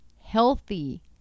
Healthy